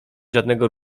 żadnego